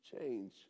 change